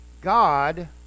God